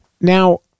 Now